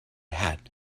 hat